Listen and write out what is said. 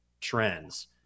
trends